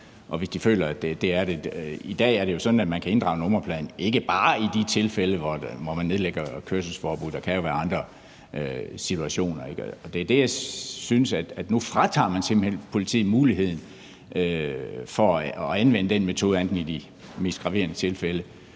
I dag er det sådan, at man kan inddrage nummerpladen, men ikke bare i de tilfælde, hvor man nedlægger kørselsforbud – der kan jo være andre situationer. Og det er der, hvor jeg synes, at man nu simpelt hen fratager politiet muligheden for at anvende den metode i andet end de mest graverende tilfælde,